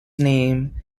name